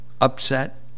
upset